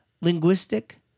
linguistic